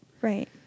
Right